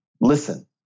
Listen